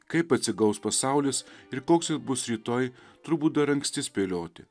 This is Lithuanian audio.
kaip atsigaus pasaulis ir koks jis bus rytoj turbūt dar anksti spėlioti